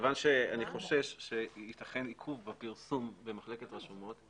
אני חושש שייתכן עיכוב בפרסום במחלקת רשומות,